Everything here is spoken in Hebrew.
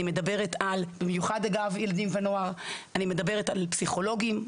אני מדברת על במיוחד לגבי ילדים ונוער אני מדברת על פסיכולוגים,